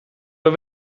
een